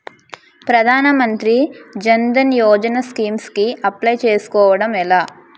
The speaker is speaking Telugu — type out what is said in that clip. ప్రధాన మంత్రి జన్ ధన్ యోజన స్కీమ్స్ కి అప్లయ్ చేసుకోవడం ఎలా?